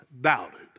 doubted